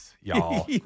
y'all